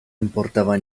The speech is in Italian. importava